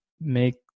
make